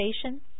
station